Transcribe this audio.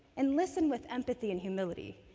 and listen with empathy and humility.